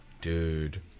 dude